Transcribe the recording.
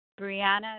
Brianna